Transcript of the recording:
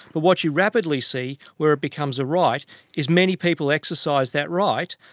but what you rapidly see where it becomes a right is many people exercise that right,